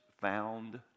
found